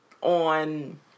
on